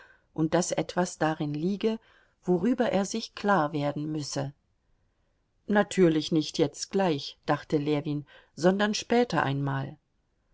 und daß etwas darin liege worüber er sich klarwerden müsse natürlich nicht jetzt gleich dachte ljewin sondern später einmal